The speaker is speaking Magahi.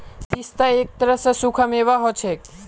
पिस्ता एक तरह स सूखा मेवा हछेक